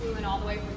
and all the way